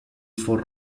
for